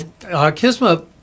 Kisma